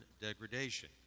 degradation